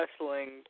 wrestling